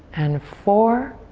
and four.